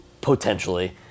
potentially